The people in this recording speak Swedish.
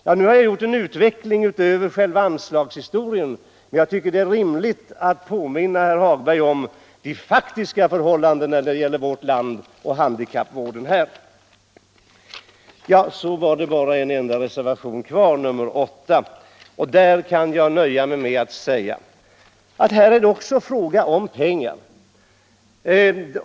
Ja, nu har jag gjort en liten avvikelse från själva medelstilldelningen, men jag har tyckt att det var rimligt att också påminna herr Hagberg om de faktiska förhållanden som råder beträffande handikappvården i vårt land. Sedan är det bara reservationen 8 kvar. Där är det också fråga om pengar.